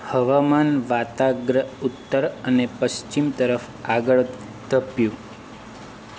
હવામાન વાતાગ્ર ઉત્તર અને પશ્ચિમ તરફ આગળ ધપ્યું